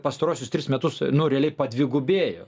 pastaruosius tris metus nu realiai padvigubėjo